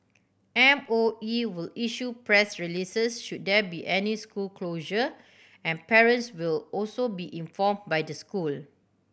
M O E will issue press releases should there be any school closures and parents will also be inform by the school